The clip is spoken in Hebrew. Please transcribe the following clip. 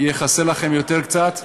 הוא יהיה חסר לכם קצת יותר,